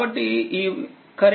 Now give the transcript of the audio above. కాబట్టిఈప్రస్తుతనేను i i1 i2 i3